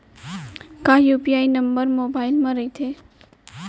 का UPI number mobile म रहिथे?